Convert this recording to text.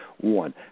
one